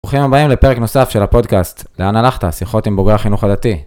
ברוכים הבאים לפרק נוסף של הפודקאסט, לאן הלכת? שיחות עם בוגרי חינוך הדתי.